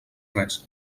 res